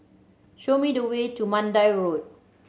show me the way to Mandai Road